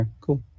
cool